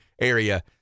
area